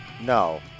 No